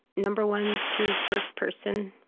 number one, through first person,